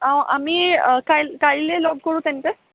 আমি কাইল কালিলৈ লগ কৰোঁ তেন্তে